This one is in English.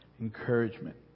encouragement